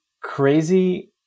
crazy